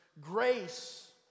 grace